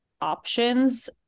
options